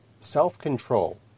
self-control